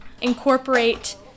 incorporate